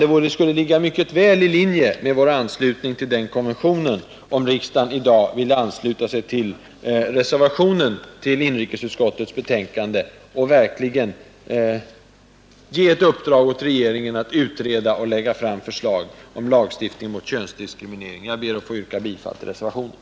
Det skulle ligga mycket väl i linje med vår anslutning till den konventionen, om riksdagen i dag ville bifalla reservationen till inrikesutskottets betänkande och ge ett uppdrag åt regeringen att utreda och lägga fram förslag om lagstiftning mot könsdiskriminering. Jag ber att få yrka bifall till reservationen.